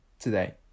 today